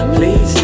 Please